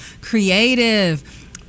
creative